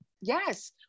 yes